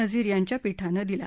नझीर यांच्या पीठानं दिला